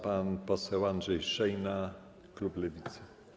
Pan poseł Andrzej Szejna, klub Lewicy.